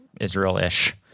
Israel-ish